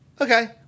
okay